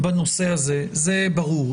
בנושא הזה, זה ברור.